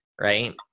right